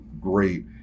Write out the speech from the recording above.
great